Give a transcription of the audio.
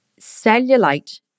cellulite